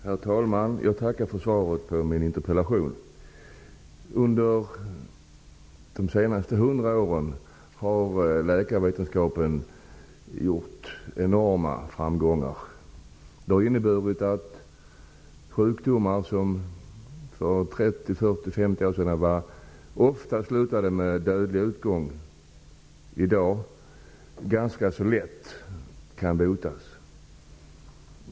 Herr talman! Jag tackar för svaret på min interpellation. Under de senaste hundra åren har läkarvetenskapen gjort enorma framsteg. Det har inneburit att sjukdomar som för trettio eller femtio år sedan ofta hade dödlig utgång i dag ganska lätt kan botas.